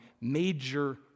major